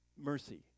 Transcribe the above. Mercy